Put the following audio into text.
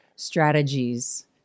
strategies